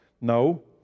No